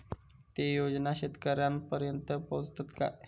ते योजना शेतकऱ्यानपर्यंत पोचतत काय?